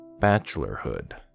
Bachelorhood